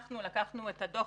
לקחנו את הדוח,